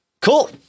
cool